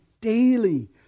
daily